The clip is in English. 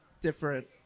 different